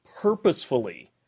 purposefully